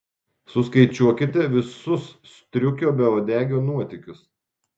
suskaičiuokite visus striukio beuodegio nuotykius